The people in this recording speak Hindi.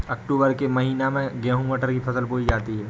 अक्टूबर के महीना में गेहूँ मटर की फसल बोई जाती है